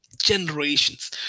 generations